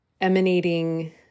emanating